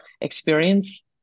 experience